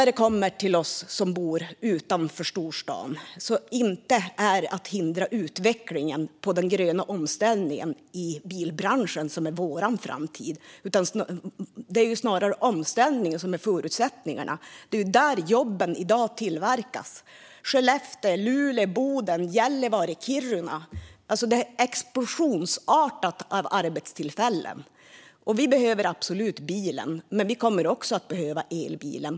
Framtiden för oss som bor utanför storstaden är inte att hindra utvecklingen av den gröna omställningen i bilbranschen. Det är snarare omställningen som är förutsättningen. Det är ju där jobben i dag uppkommer. I Skellefteå, Luleå, Boden, Gällivare och Kiruna kommer det explosionsartat med arbetstillfällen. Vi behöver absolut bilen, men vi kommer också att behöva elbilen.